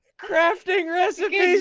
crafting recipes.